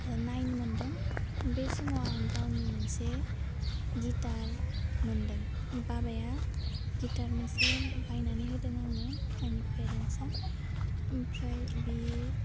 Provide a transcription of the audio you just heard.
ओह नाइन मोन्दों बे समाव आं गावनि मोनसे गिथार मोनदों बाबाया गिथार मोनसे बायनानै होदों आंनो आंनि पेरेन्सआ ओमफ्राय बि